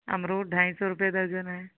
अमरुद ढाई सौ रुपये दर्जन है